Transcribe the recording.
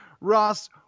Ross